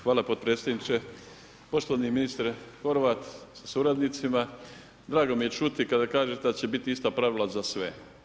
Hvala podpredsjedniče, poštovani ministre Horvat sa suradnicima, drago mi je čuti kada kažete da će biti ista pravila za sve.